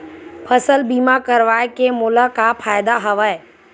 फसल बीमा करवाय के मोला का फ़ायदा हवय?